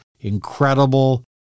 incredible